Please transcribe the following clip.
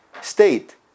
state